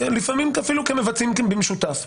לפעמים אפילו כמבצעים במשותף.